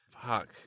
Fuck